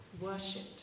worshipped